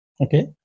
Okay